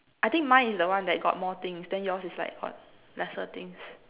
I think mine is the one that got more things then yours is like got lesser things